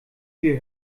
wir